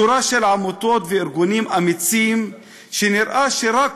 שורה של עמותות וארגונים אמיצים שנראה שרק